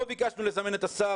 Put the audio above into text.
לא ביקשנו לזמן את השר,